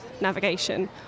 navigation